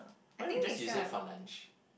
why don't we just use it for lunch